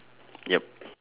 ya